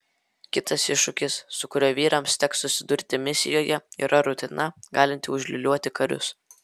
kitas iššūkis su kuriuo vyrams teks susidurti misijoje yra rutina galinti užliūliuoti karius